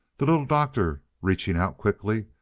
the little doctor, reaching out quickly,